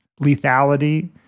lethality